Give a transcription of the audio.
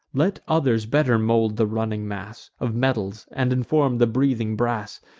let others better mold the running mass of metals, and inform the breathing brass,